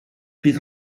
bydd